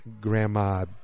Grandma